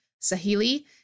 Sahili